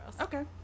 Okay